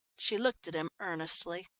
she looked at him earnestly.